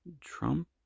Trump